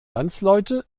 landsleute